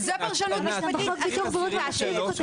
וזו פרשנות משפטית הכי פשוטה שיש.